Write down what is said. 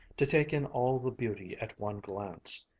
to take in all the beauty at one glance,